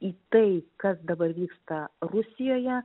į tai kas dabar vyksta rusijoje